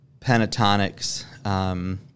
Pentatonics